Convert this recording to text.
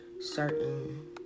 certain